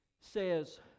Says